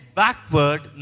backward